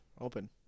Open